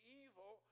evil